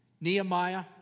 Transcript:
Nehemiah